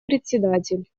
председатель